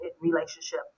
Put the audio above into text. relationship